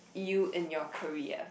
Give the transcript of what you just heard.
you in your career